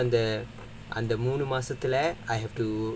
ya so I'm அந்த அந்த மூணு மாசத்துல:andha moonnu maasathula I have to